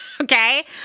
okay